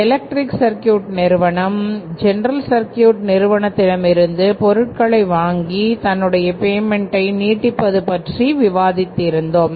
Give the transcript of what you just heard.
electric சர்கியூட்நிறுவனம் General Electric நிறுவனத்திடமிருந்து பொருட்களை வாங்கி தன்னுடைய பேமென்ட்டை நீட்டிப்பதுப் பற்றி விவாதித்து இருந்தோம்